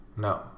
No